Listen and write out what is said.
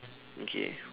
okay